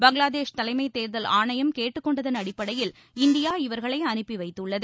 பங்களாதேஷ் தலைமை தேர்தல் ஆணையம் கேட்டுக்கொண்டதன் அடிப்படையில் இந்தியா இவர்களை அனுப்பி வைத்துள்ளது